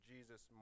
Jesus